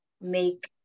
make